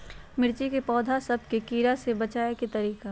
मिर्ची के पौधा सब के कीड़ा से बचाय के तरीका?